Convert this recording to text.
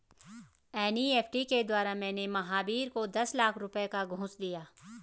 NEFT के द्वारा मैंने महावीर को दस लाख रुपए का घूंस दिया